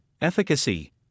efficacy